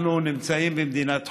אנחנו נמצאים במדינת חוק,